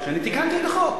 שאני תיקנתי את החוק.